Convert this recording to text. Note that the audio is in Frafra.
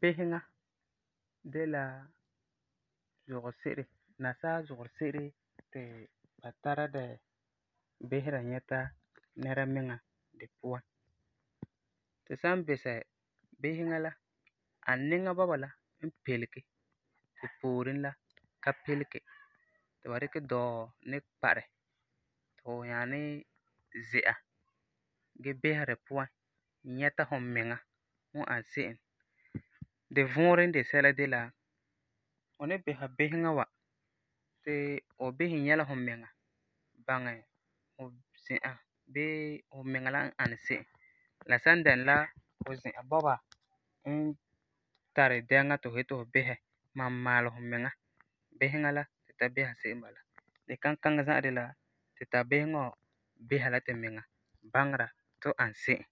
Biseŋa de la zugɔ se'ere, nasaa zugɔ se'ere ti ba tara di bisera nyɛta nɛra miŋa di puan. Tu san bisɛ biseŋa la a niŋa bɔba la n pelege, ti pooren la ka peelege, ti ba dikɛ dɔɔ ni kpa di ti fu nyaa ni zia gee bisera di puan, nyɛta fumiŋa fum n ani se'em. Di vuurɛ n de sɛla de la fu ni bisera biseŋa wa ti fu bisɛ nyɛ fumiŋa baŋɛ fu zi'an bii fumiŋa la n ani se'em, la san dɛna la fu zi'an bɔba n tari dɛŋa ti fu yeti fu bisɛ, malum maalɛ fumiŋa, biseŋa ti tu tara bisera se'em n bala. Di kankaŋi za'a de la tu tari biseŋa bisera la tumiŋa baŋera tu ani se'em